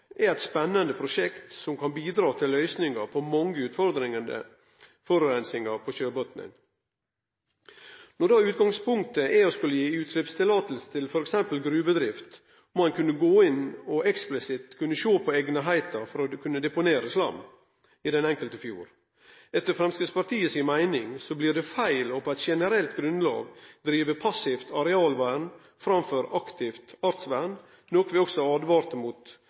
eit spennande prosjekt som kan bidra til løysingar på mange utfordrande forureiningar av sjøbotnen. Når utgangpunktet er å gi utsleppsløyve til f.eks. gruvedrift, må ein kunne gå inn og eksplisitt sjå på kor eigna den enkelte fjorden er for å kunne deponere slam. Etter Framstegspartiets meining blir det feil på eit generelt grunnlag å drive passivt arealvern framfor aktivt artsvern, noko vi også åtvara mot